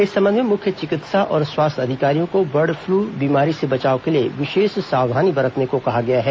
इस संबंध में सभी मुख्य चिकित्सा और स्वास्थ्य अधिकारियों को बर्ड फ्लू बीमारी से बचाव के लिए विशेष सावधानी बरतने को कहा गया है